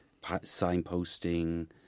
signposting